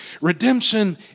Redemption